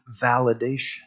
validation